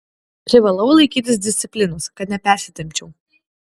privalau laikytis disciplinos kad nepersitempčiau